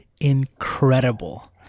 incredible